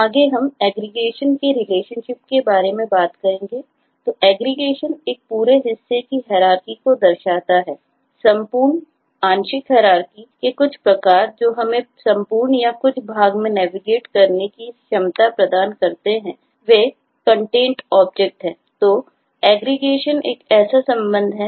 आगे हम एग्रीगेशन है